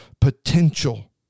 potential